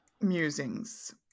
musings